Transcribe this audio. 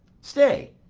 stay,